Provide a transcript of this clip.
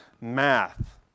math